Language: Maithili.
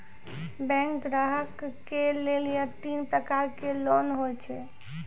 बैंक ग्राहक के लेली तीन प्रकर के लोन हुए छै?